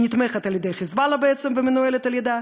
שנתמכת על-ידי "חיזבאללה" ומנוהלת על-ידיו,